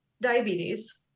diabetes